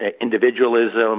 individualism